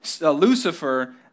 Lucifer